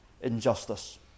injustice